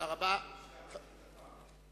שהצעת חוק הגנת הצרכן (תיקון,